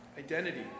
identity